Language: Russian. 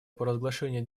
провозглашение